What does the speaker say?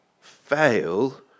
fail